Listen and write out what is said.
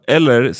Eller